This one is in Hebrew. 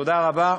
תודה רבה.